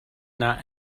not